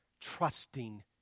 trusting